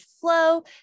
flow